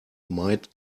might